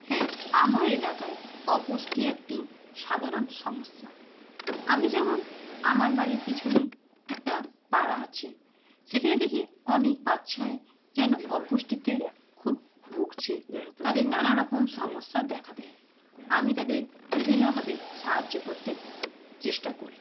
হ্যাঁ আমার এলাকায় অপুষ্টি একটি সাধারণ সমস্যা আমি যেমন আমার বাড়ির পিছনে একটা পাড়া আছে সেখানে দেখি অনেক বাচ্চাই যেন অপুষ্টিতে খুব ভুগছে তাদের নানা রকম সমস্যা দেখা দেয় আমি তাদের বিভিন্নভাবে সাহায্য করতে চেষ্টা করি